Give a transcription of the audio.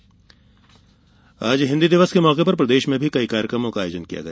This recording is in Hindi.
हिन्दी दिवस आज हिन्दी दिवस के मौके पर प्रदेश में भी कई कार्यक्रमों का आयोजन किया गया